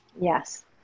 Yes